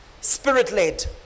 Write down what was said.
spirit-led